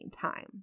time